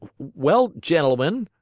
well, gentlemen,